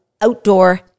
outdoor